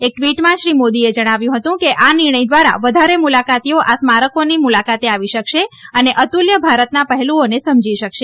એક ટવીટમાં શ્રી મોદીએ જણાવ્યું હતું કે આ નિર્ણય દ્વારા વધારે મુલાકાતીઓ આ સ્મારકોમાં આવી શકશે અને અતુલ્ય ભારતના પહેલુઓને સમજી શકશે